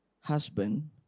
husband